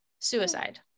suicide